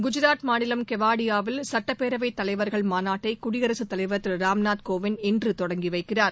குஐராத் மாநிலம் கெவாடியாவில்சட்டப்பேரவைத் தலைவர்கள் மாநாட்டை குடியரசுத் தலைவர் திரு ராம்நாத் கோவிந்த் இன்று தொடங்கி வைக்கிறார்